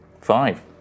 Five